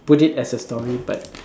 put it as a story but